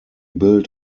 built